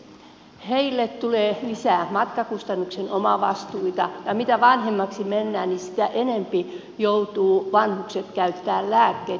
näille eläkeläisille tulee lisää matkakustannusten omavastuita ja mitä vanhemmaksi mennään sitä enempi joutuvat vanhukset käyttämään lääkkeitä